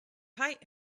height